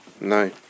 No